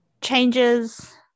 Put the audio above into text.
changes